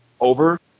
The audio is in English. over